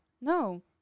No